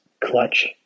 clutch